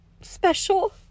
special